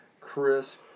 crisp